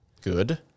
Good